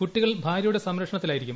കുട്ടികൾ ഭാര്യയുടെ സംര്ക്ഷണത്തിലായിരിക്കും